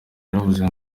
yaravuze